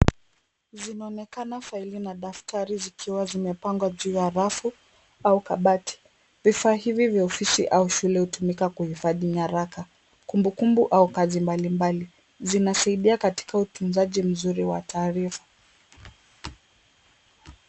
Zinaonekana faili na daftari zikiwa zimepangwa juu ya rafu au kabati. Vifaa hivi vya ofisi au shule hutumika kuhifadhi nyaraka, kumbukumbu au kazi mbalimbali. Zinasaidia katika utunzaji mzuri wa taarifa.